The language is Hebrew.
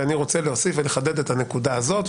ואני רוצה להוסיף ולחדד את הנקודה הזו,